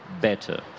better